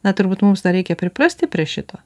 na turbūt mums na reikia priprasti prie šito